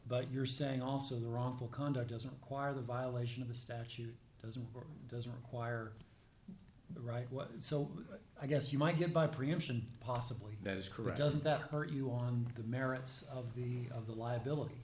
but you're saying also the wrongful conduct doesn't require the violation of the statute does or doesn't require right what so i guess you might get by preemption possibly that is correct doesn't that hurt you on the merits of the of the liability